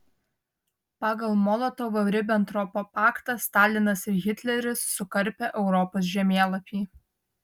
pagal molotovo ribentropo paktą stalinas ir hitleris sukarpė europos žemėlapį